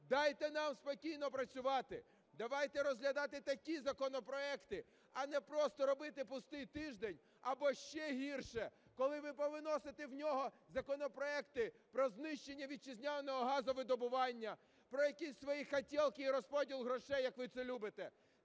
дайте нам спокійно працювати. Давайте розглядати такі законопроекти, а не просто робити пустий тиждень, або, ще гірше, коли ви повносите в нього законопроекти про знищення вітчизняного газовидобування, про якісь свої "хотєлки" і розподіл грошей, як ви це любите.